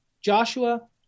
Joshua